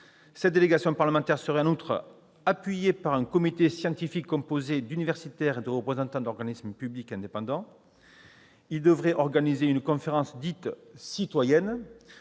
Cette délégation parlementaire serait appuyée par un comité scientifique composé d'universitaires et de représentants d'organismes publics et indépendants. Elle devrait organiser de façon annuelle une conférence «